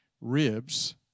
ribs